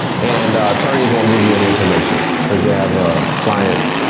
and attorneys won't give you any information cause they have ah client,